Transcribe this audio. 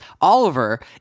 oliver